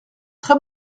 très